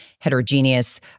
heterogeneous